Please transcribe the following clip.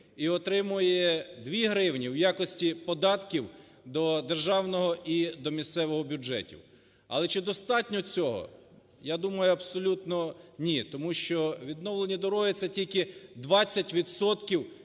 і отримує 2 гривні в якості податків до державного і до місцевого бюджетів. Але чи достатньо цього? Я думаю, абсолютно ні. Тому що відновлені дороги це тільки 20